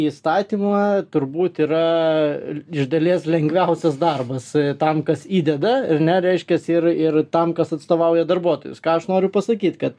įstatymą turbūt yra iš dalies lengviausias darbas tam kas įdeda ar ne reiškias ir ir tam kas atstovauja darbuotojus ką aš noriu pasakyt kad